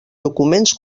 documents